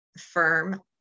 firm